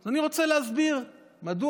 אז אני רוצה להסביר מדוע.